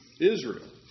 Israel